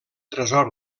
tresor